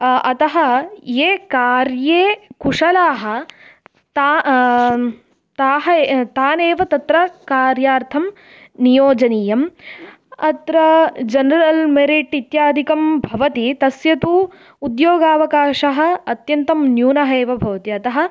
अतः ये कार्ये कुशलाः ता ताः तानेव तत्र कार्यार्थं नियोजनीयम् अत्र जनरल् मेरिट् इत्यादिकं भवति तस्य तु उद्योगावकाशः अत्यन्तं न्यूनः एव भवति अतः